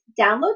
download